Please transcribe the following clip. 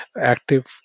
active